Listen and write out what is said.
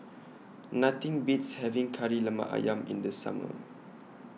Nothing Beats having Kari Lemak Ayam in The Summer